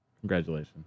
Congratulations